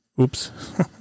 Oops